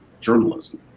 journalism